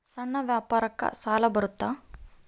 ಸಣ್ಣ ವ್ಯಾಪಾರಕ್ಕ ಸಾಲ ಬರುತ್ತಾ?